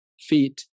feet